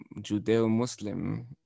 Judeo-Muslim